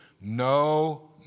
No